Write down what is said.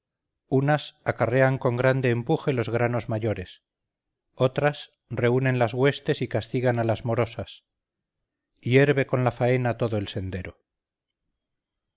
unas acarrean con grande empuje los granos mayores otras reúnen las huestes y castigan a las morosas hierve con la faena todo el sendero